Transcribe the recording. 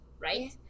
right